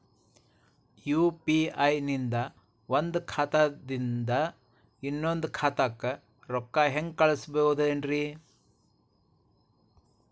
UPI ನಿಂದ ಒಂದ್ ಖಾತಾದಿಂದ ಇನ್ನೊಂದು ಖಾತಾಕ್ಕ ರೊಕ್ಕ ಹೆಂಗ್ ಕಳಸ್ಬೋದೇನ್ರಿ?